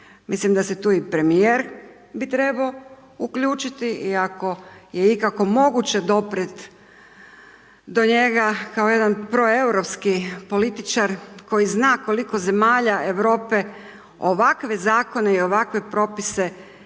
Mislim da se tu i premijer bi trebao uključiti i ako je ikako moguće doprijet do njega kao jedan proeuropski političar koji zna koliko zemalja Europe ovakve zakone i ovakve propise nije